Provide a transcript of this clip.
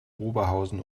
oberhausen